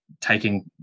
taking